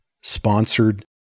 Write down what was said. sponsored